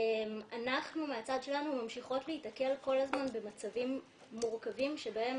אנחנו מהצד שלנו ממשיכות להיתקל כל הזמן במצבים מורכבים שבהם